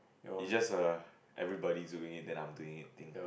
it's just err everybody doing it then I'm doing it thing